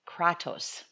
kratos